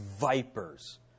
vipers